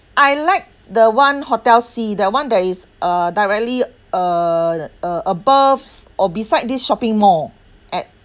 I like the one hotel C that [one] that is uh directly uh uh above or beside this shopping mall at